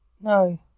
No